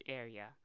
area